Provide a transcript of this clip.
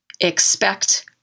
expect